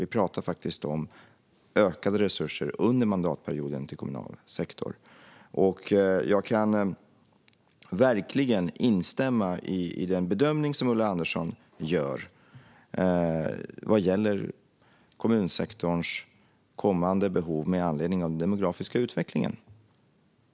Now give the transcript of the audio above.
Vi pratar faktiskt om ökade resurser under mandatperioden till kommunal sektor. Jag kan verkligen instämma i den bedömning som Ulla Andersson gör vad gäller kommunsektorns kommande behov med anledning av den demografiska utvecklingen.